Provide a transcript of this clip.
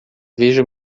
vejo